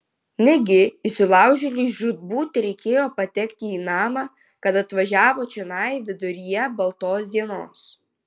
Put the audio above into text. negi įsilaužėliui žūtbūt reikėjo patekti į namą kad atvažiavo čionai viduryje baltos dienos